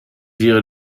wäre